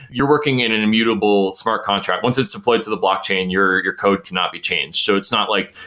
you're working in an immutable smart contract once it's employed to the blockchain, your your code cannot be changed, so it's not like,